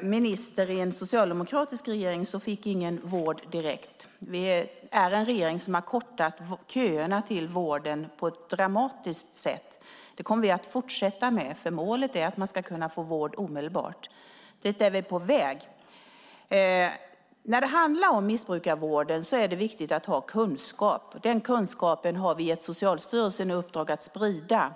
minister i en socialdemokratisk regering fick ingen vård direkt. Den här regeringen har kortat köerna till vården på ett dramatiskt sätt. Det kommer vi att fortsätta med. Målet är att man ska få vård omedelbart. Dit är vi på väg. När det handlar om missbrukarvården är det viktigt att ha kunskap. Den kunskapen har vi gett Socialstyrelsen i uppdrag att sprida.